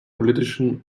politischen